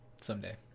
someday